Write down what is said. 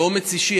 באומץ אישי,